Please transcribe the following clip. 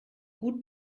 gut